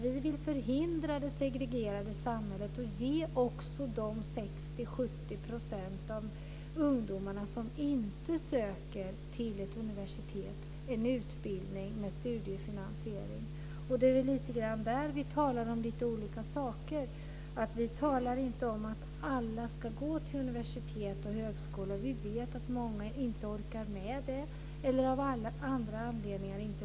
Vi vill förhindra det segregerade samhället och ge de 60-70 % av ungdomarna som inte söker till universitet en utbildning med studiefinansiering. Där talar vi om olika saker. Vi talar inte om att alla ska gå till universitet och högskolor. Vi vet att många inte orkar med det eller inte väljer det av andra anledningar.